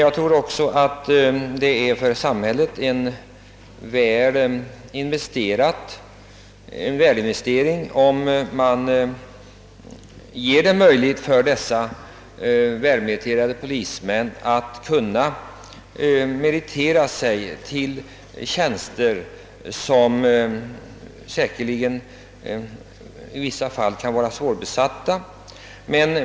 Jag tror att det för samhället vore en god investering, om man gav dessa välmeriterade polismän möjlighet att få formell kompetens till tjänster som säkerligen i vissa fall kan vara svårbesatta.